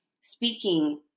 speaking